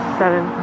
seven